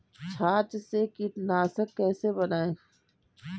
छाछ से कीटनाशक कैसे बनाएँ?